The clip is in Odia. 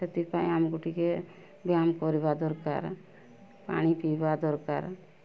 ସେଥିପାଇଁ ଆମକୁ ଟିକେ ବ୍ୟୟାମ କରିବା ଦରକାର ପାଣି ପିଇବା ଦରକାର